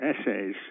essays